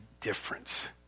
difference